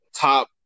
top